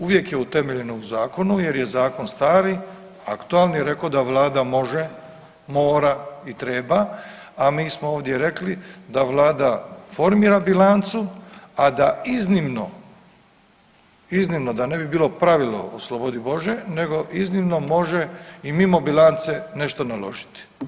Uvijek je utemeljeno u zakonu jer je zakon stari, aktualni, rekao da Vlada može, mora i treba, a mi smo ovdje rekli da Vlada formira bilancu, a da iznimno, iznimno, da ne bi bilo pravilo, oslobodi Bože, nego iznimno može i mimo bilance nešto naložiti.